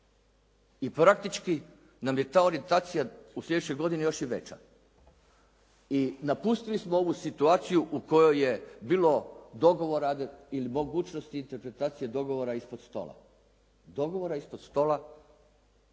I praktički nam je ta orijentacija u sljedećoj godini još i veća. I napustili smo ovu situaciju u kojoj je bilo dogovora ili mogućnosti interpretacije dogovora ispod stola. Dogovora ispod stola